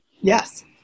yes